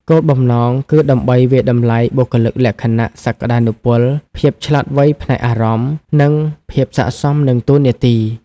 គោលបំណងគឺដើម្បីវាយតម្លៃ បុគ្គលិកលក្ខណៈ សក្តានុពល ភាពឆ្លាតវៃផ្នែកអារម្មណ៍ និងភាពស័ក្តិសមនឹងតួនាទី។